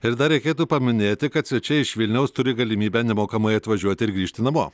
ir dar reikėtų paminėti kad svečiai iš vilniaus turi galimybę nemokamai atvažiuoti ir grįžti namo